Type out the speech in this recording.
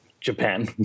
Japan